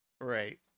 Right